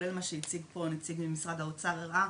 כולל מה שהציג פה הנציג ממשרד האוצר,